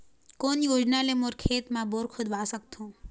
कोन योजना ले मोर खेत मा बोर खुदवा सकथों?